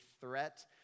threat